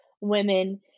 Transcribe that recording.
women